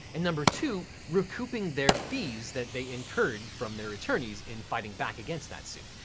and number two, recouping their fees that they incurred from their attorneys in fighting back against that suit.